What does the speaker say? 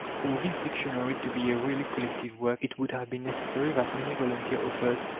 for this dictionary to be a really collective work, it would have been necessary that many volunteer authors,